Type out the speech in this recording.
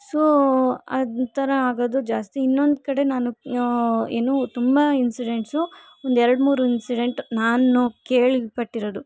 so ಆ ಥರ ಆಗೋದು ಜಾಸ್ತಿ ಇನ್ನೊಂದು ಕಡೆ ನಾನು ಏನು ತುಂಬ ಇನ್ಸಿಡೆಂಟ್ಸು ಒಂದೆರ್ಡು ಮೂರು ಇನ್ಸಿಡೆಂಟ್ ನಾನು ಕೇಳ್ಪಟ್ಟಿರೋದು